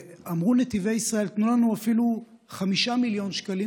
ונתיבי ישראל אמרו לנו: תנו לנו אפילו 5 מיליון שקלים,